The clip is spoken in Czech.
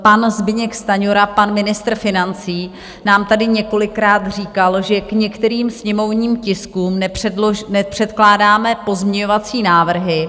Pan Zbyněk Stanjura, pan ministr financí, nám tady několikrát říkal, že k některým sněmovním tiskům nepředkládáme pozměňovací návrhy.